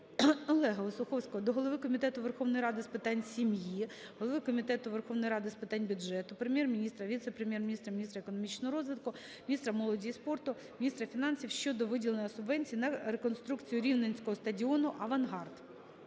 Олега Осуховського до голови Комітету Верховної Ради з питань сім'ї, голови Комітету Верховної Ради з питань бюджету, Прем'єр-міністра, віце-прем'єр-міністра - міністра економічного розвитку, міністра молоді і спорту, міністра фінансів щодо виділення субвенції на реконструкцію рівненського стадіону "Авангард".